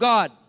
God